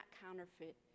counterfeit